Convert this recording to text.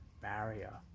barrier